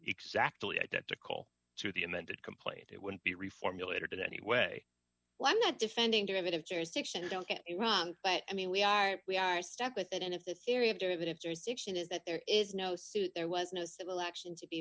exactly identical to the amended complaint it wouldn't be reformulated in anyway well i'm not defending derivative jurisdiction you don't get iran but i mean we are we are stuck with it and if the theory of derivatives restriction is that there is no suit there was no civil action to be